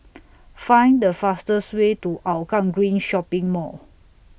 Find The fastest Way to Hougang Green Shopping Mall